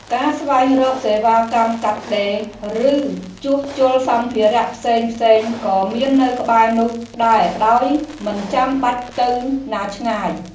ការស្វែងរកសេវាកម្មកាត់ដេរ ឬជួសជុលសម្ភារៈផ្សេងៗក៏មាននៅក្បែរនោះដែរដោយមិនបាច់ទៅណាឆ្ងាយ។